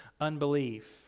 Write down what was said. unbelief